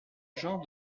genre